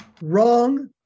Wrong